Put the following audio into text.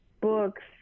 books